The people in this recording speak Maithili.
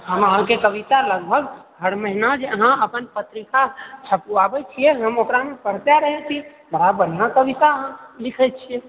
हम अहाँके कविता लगभग हर महिना जे अहाँ अपन पत्रिका छपबाबै छियै हम ओकरा हम पढते रहै छी बड़ा बढियाॅं कविता अहाँ लिखै छियै